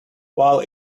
while